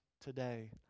Today